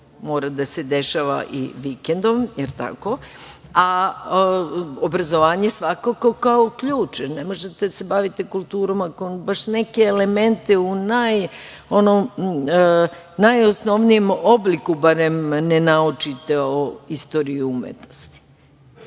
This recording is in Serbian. mora da se dešava i vikendom. Obrazovanje je svakako kao ključ, jer ne možete da se bavite kulturom ako baš neke elemente u najosnovnijem obliku barem ne naučite o istoriji umetnosti. Imamo